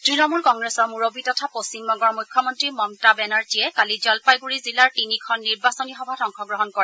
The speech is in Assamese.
তৃণমূল কংগ্ৰেছৰ মুৰববী তথা পশ্চিমবংগৰ মুখ্যমন্ত্ৰী মমতা বেনাৰ্জীয়ে কালি জলপাইগুৰি জিলাৰ তিনিখন নিৰ্বাচনী সভাত অংশগ্ৰহণ কৰে